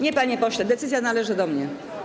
Nie, panie pośle, decyzja należy do mnie.